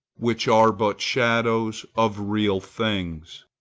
which are but shadows of real things.